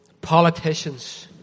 politicians